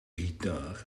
gitaar